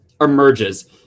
emerges